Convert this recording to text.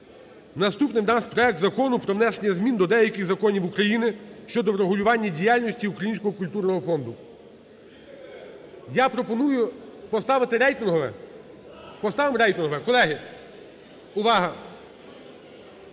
Наступним у нас – проект Закону "Про внесення змін до деяких законів України щодо врегулювання діяльності Українського культурного фонду". Я пропоную поставити рейтингове, поставимо рейтингове, колеги, увага?